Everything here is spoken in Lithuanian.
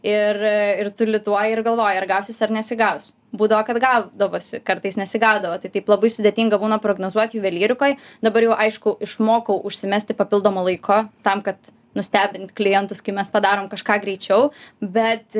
ir ir tu lituoji ir galvoji ar gausis ar nesigaus būdavo kad gaudavosi kartais nesigaudavo tai taip labai sudėtinga būna prognozuoti juvelyrikoj dabar jau aišku išmokau užsimesti papildomo laiko tam kad nustebint klientus kai mes padarome kažką greičiau bet